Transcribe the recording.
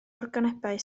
organebau